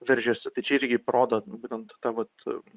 veržiasi tai čia irgi parodo būtent tą vat